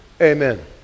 Amen